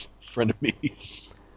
Frenemies